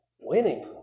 Winning